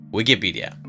Wikipedia